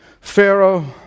Pharaoh